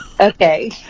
Okay